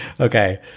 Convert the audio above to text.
Okay